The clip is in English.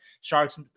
Sharks